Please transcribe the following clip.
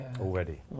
already